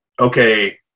okay